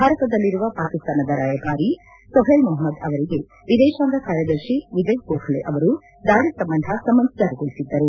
ಭಾರತದಲ್ಲಿರುವ ಪಾಕಿಸ್ತಾನದ ರಾಯಭಾರಿ ಸೊಹೇಲ್ ಮೊಹಮ್ನದ್ ಅವರಿಗೆ ವಿದೇಶಾಂಗ ಕಾರ್ಯದರ್ಶಿ ವಿಜಯ್ ಗೋಖಲೆ ಅವರು ದಾಳಿ ಸಂಬಂಧ ಸಮನ್ಸ್ ಜಾರಿಗೊಳಿಸಿದ್ದರು